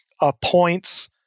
appoints